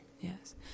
Yes